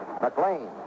McLean